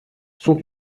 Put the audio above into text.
sont